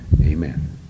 amen